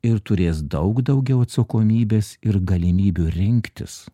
ir turės daug daugiau atsakomybės ir galimybių rinktis